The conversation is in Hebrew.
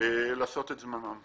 לעשות את זממם.